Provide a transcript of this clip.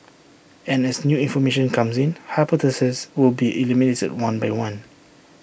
and as new information comes in hypotheses will be eliminated one by one